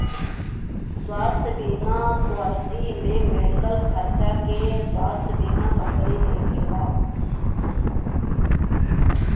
स्वास्थ्य बीमा पॉलिसी में मेडिकल खर्चा के स्वास्थ्य बीमा कंपनी देखला